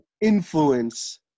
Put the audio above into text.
influence